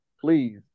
Please